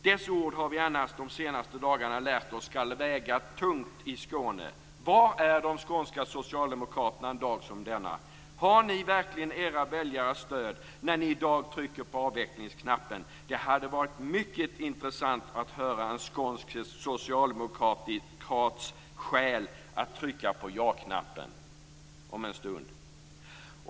Dess ord har vi annars de senaste dagarna lärt oss skall väga tungt i Skåne. Var är de skånska socialdemokraterna en dag som denna? Har ni verkligen era väljares stöd när ni i dag trycker på avvecklingsknappen? Det hade varit mycket intressant att höra en skånsk socialdemokrats skäl till att trycka på ja-knappen om en stund.